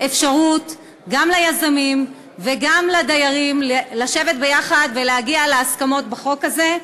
אפשרות גם ליזמים וגם לדיירים לשבת ביחד ולהגיע להסכמות בחוק הזה.